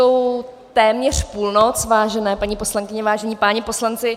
Hezkou téměř půlnoc, vážené paní poslankyně, vážení páni poslanci.